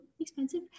expensive